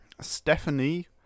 Stephanie